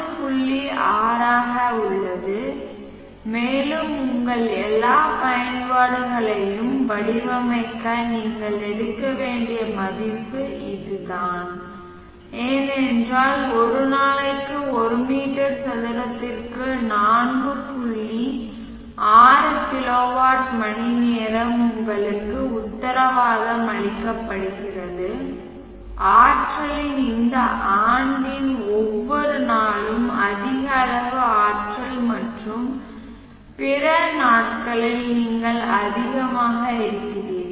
6 ஆக உள்ளது மேலும் உங்கள் எல்லா பயன்பாடுகளையும் வடிவமைக்க நீங்கள் எடுக்க வேண்டிய மதிப்பு இதுதான் ஏனென்றால் ஒரு நாளைக்கு ஒரு மீட்டர் சதுரத்திற்கு நான்கு புள்ளி ஆறு கிலோவாட் மணிநேரம் உங்களுக்கு உத்தரவாதம் அளிக்கப்படுகிறது ஆற்றலின் இந்த ஆண்டின் ஒவ்வொரு நாளும் அதிக அளவு ஆற்றல் மற்றும் பிற நாட்களில் நீங்கள் அதிகமாக இருக்கிறீர்கள்